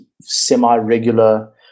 semi-regular